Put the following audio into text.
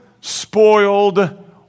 spoiled